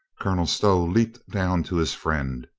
colonel stow leaped down to his friend.